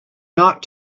not